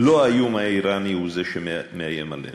לא האיום האיראני הוא זה שמאיים עלינו.